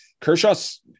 Kershaw's